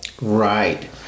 Right